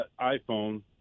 iPhone